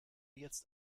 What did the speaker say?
jetzt